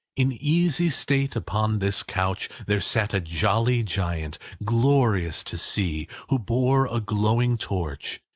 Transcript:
in easy state upon this couch, there sat a jolly giant, glorious to see who bore a glowing torch,